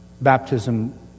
baptism